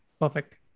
Perfect